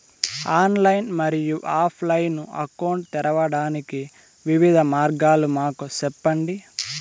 Online మరియు offline account తెరవడానికి వివిధ మార్గాలు మాకు సెప్పండి?